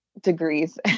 degrees